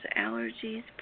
Allergies